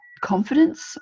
confidence